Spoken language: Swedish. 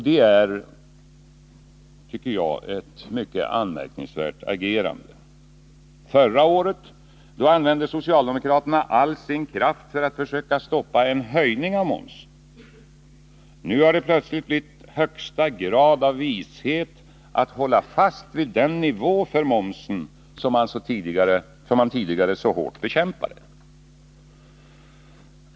Det är, tycker jag, ett anmärkningsvärt agerande. Förra året använde socialdemokraterna all sin kraft för att försöka stoppa en höjning av momsen. Nu har det plötsligt blivit högsta grad av vishet att hålla fast vid den nivå för momsen man tidigare så hårt bekämpade.